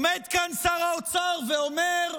עומד כאן שר האוצר ואומר: